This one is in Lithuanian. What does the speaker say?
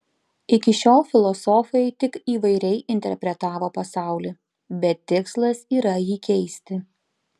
iki šiol filosofai tik įvairiai interpretavo pasaulį bet tikslas yra jį keisti